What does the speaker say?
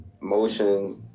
motion